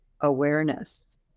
awareness